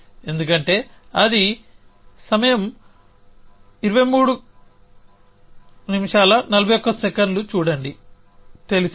ఎందుకంటే అది సమయం 2341 చూడండి తెలిసినది